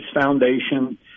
foundation